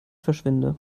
verschwinde